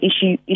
issue